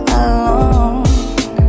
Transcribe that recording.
alone